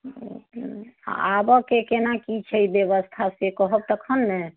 आबऽके केना की छै व्यवस्था से कहब तखन ने